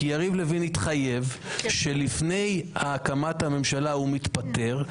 כי יריב לוין התחייב שלפני הקמת הממשלה הוא מתפטר.